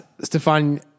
Stefan